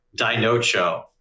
Dinocho